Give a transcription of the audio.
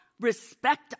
respect